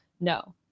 no